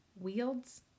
wields